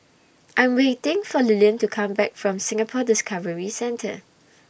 I'm waiting For Lillian to Come Back from Singapore Discovery Centre